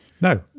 no